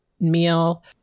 meal